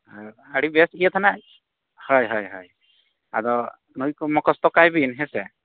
ᱦᱳᱭ ᱟᱹᱰᱤ ᱵᱮᱥ ᱜᱮ ᱛᱟᱦᱮᱱᱟ ᱦᱳᱭ ᱦᱳᱭ ᱟᱫᱚ ᱱᱩᱭ ᱠᱚ ᱢᱩᱠᱷᱚᱥᱛᱚ ᱠᱟᱭ ᱵᱤᱱ ᱦᱮᱸᱥᱮ